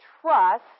trust